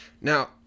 Now